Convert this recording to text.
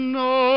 no